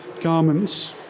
garments